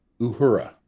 Uhura